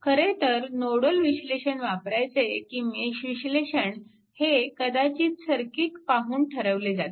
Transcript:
खरेतर नोडल विश्लेषण वापरायचे की मेश विश्लेषण हे कदाचित सर्किट पाहून ठरवले जाते